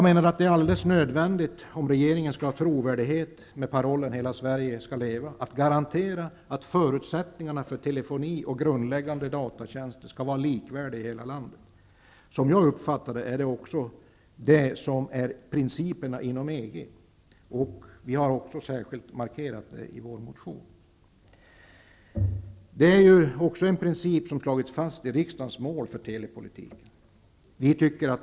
Det är alldeles nödvändigt, om regeringen skall ha någon trovärdighet med parollen om att hela Sverige skall leva, att man garanterar att förutsättningarna för telefoni och grundläggande datatjänster skall vara likvärdiga i hela landet. Som jag uppfattat det är det också en av EG:s principer, och det har vi markerat särskilt i vår motion. Det är ju också en princip som har slagits fast i riksdagens mål för telepolitiken.